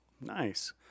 Nice